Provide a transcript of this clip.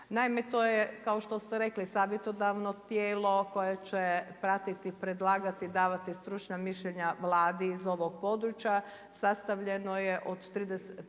Naime, to je kao što ste rekli savjetodavno tijelo koje će pratiti, predlagati, davati stručna mišljenja Vladi iz ovog područja, sastavljeno je od 39